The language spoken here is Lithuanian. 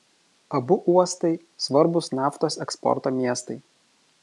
abu uostai svarbūs naftos eksporto miestai